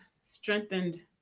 strengthened